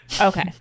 Okay